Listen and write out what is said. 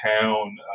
town